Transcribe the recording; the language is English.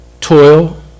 toil